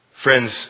Friends